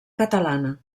catalana